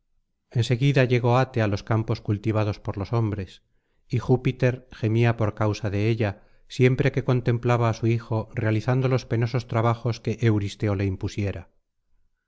seguida llegó ate á los campos cultivados por los hombres y júpiter gemía por causa de ella siempre que contemplaba á su hijo realizando los penosos trabajos que euristeo le impusiera